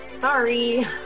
Sorry